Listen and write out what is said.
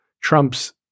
Trump's